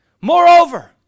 Moreover